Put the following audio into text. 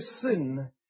sin